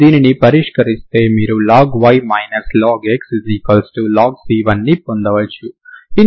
మీరు దీనిని పరిష్కరిస్తే మీరు log y log x log c1 ను పొందవచ్చు